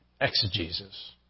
exegesis